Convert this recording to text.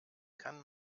kann